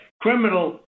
criminal